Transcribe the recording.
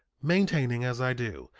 maintaining, as i do,